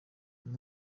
uyu